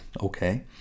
okay